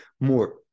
more